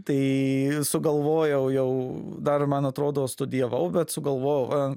tai sugalvojau jau dar man atrodo studijavau bet sugalvojau a